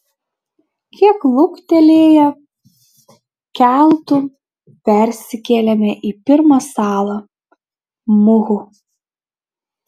kiek luktelėję keltu persikėlėme į pirmą salą muhu